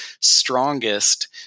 strongest